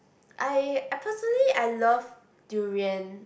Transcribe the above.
I I personally I love durian